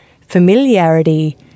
familiarity